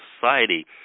society